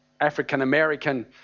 African-American